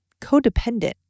codependent